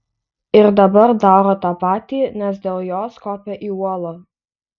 ir dabar daro tą patį nes dėl jos kopia į uolą